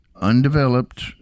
undeveloped